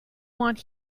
want